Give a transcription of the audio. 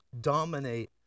dominate